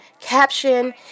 caption